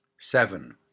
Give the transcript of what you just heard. Seven